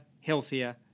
healthier